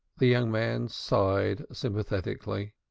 the young man sighed sympathetically.